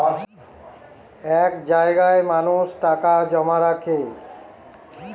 এক জায়গায় মানুষ টাকা জমা রাখে